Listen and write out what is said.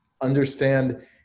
understand